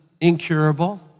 incurable